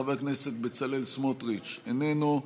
חבר הכנסת בצלאל סמוטריץ' איננו,